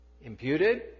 Imputed